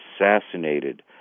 assassinated